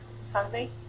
Sunday